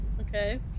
Okay